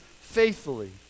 faithfully